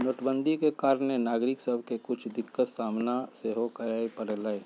नोटबन्दि के कारणे नागरिक सभके के कुछ दिक्कत सामना सेहो करए परलइ